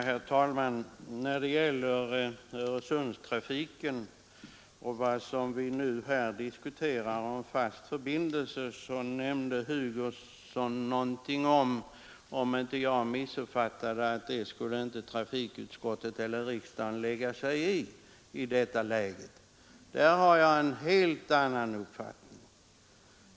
Herr talman! Beträffande Öresundstrafiken och frågorna om en fast förbindelse över Öresund sade herr Hugosson — om jag inte missuppfattade honom — att de sakerna skulle trafikutskottet och riksdagen inte lägga sig i. Men där har jag en helt annan uppfattning.